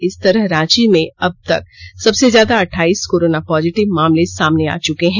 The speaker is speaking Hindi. इस तरह रांची से अबतक सबसे ज्यादा अठाइस कोरोना पॉजिटिव मामले सामने आ चुके हैं